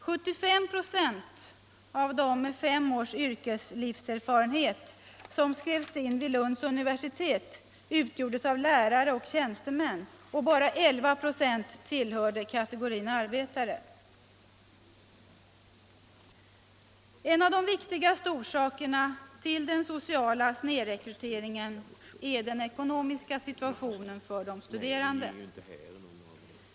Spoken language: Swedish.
75 96 av dem med fem års yrkeslivserfarenhet som skrev in sig vid Lunds universitet utgjordes av lärare och tjänstemän, och bara 11 96 tillhörde kategorin arbetare. En av de viktigaste orsakerna till den sociala snedrekryteringen är den ekonomiska situationen för de studerande.